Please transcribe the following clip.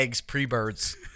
pre-birds